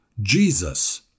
Jesus